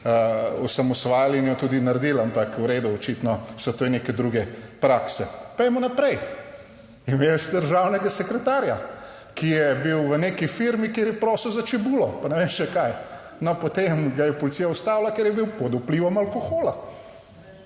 osamosvajali in jo tudi naredili, ampak v redu, očitno so to neke druge prakse. Pojdimo naprej. Imeli ste državnega sekretarja, ki je bil v neki firmi, kjer je prosil za čebulo pa ne vem še kaj. No, potem ga je policija ustavila, ker je bil pod vplivom alkohola.